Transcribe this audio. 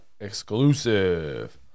exclusive